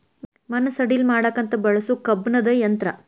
ಮಣ್ಣ ಸಡಿಲ ಮಾಡಾಕಂತ ಬಳಸು ಕಬ್ಬಣದ ಯಂತ್ರಾ